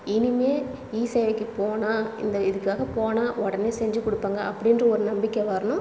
இனிமேல் இசேவைக்கு போனால் இந்த இதுக்காக போனால் உடனே செஞ்சு கொடுப்பாங்க அப்படின்ற ஒரு நம்பிக்கை வரணும்